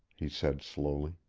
he said slowly.